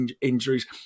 injuries